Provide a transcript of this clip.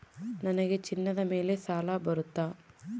ನನಗೆ ಚಿನ್ನದ ಮೇಲೆ ಸಾಲ ಬರುತ್ತಾ?